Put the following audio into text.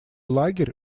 лагерь